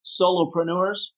solopreneurs